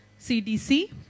CDC